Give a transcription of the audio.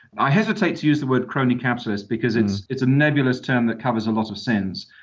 i hesitate to use the word crony capitalists, because it's it's a nebulous term that covers a lot of sins.